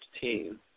team